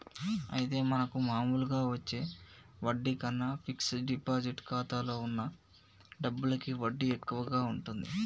అయితే మనకు మామూలుగా వచ్చే వడ్డీ కన్నా ఫిక్స్ డిపాజిట్ ఖాతాలో ఉన్న డబ్బులకి వడ్డీ ఎక్కువగా ఉంటుంది